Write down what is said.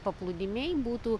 paplūdimiai būtų